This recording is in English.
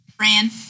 Ran